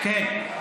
כן.